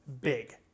big